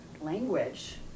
language